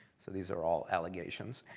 so these are all allegations.